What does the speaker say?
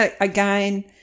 again